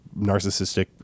narcissistic